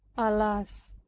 alas,